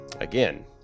again